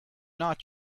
not